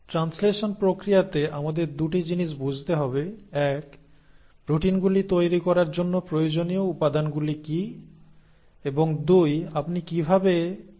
translation প্রক্রিয়াতে আমাদের 2 টি জিনিস বুঝতে হবে 1 প্রোটিনগুলি তৈরি করার জন্য প্রয়োজনীয় উপাদানগুলি কি এবং 2 আপনি কিভাবে এই ভাষাটি পড়েন